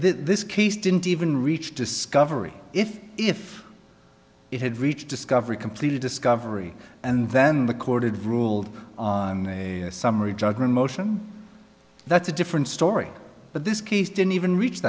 this case didn't even reach discovery if if it had reached discovery completely discovery and then the corded ruled on a summary judgment motion that's a different story but this case didn't even reach